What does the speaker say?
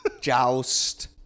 Joust